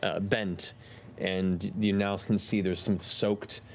ah bent and you now can see there's some soaked